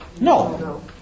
No